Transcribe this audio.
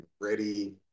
ready